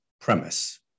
premise